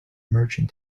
merchant